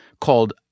called